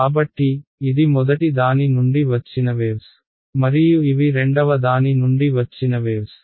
కాబట్టి ఇది మొదటి దాని నుండి వచ్చిన వేవ్స్ మరియు ఇవి రెండవ దాని నుండి వచ్చిన వేవ్స్